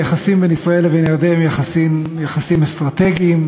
היחסים בין ישראל לירדן הם יחסים אסטרטגיים.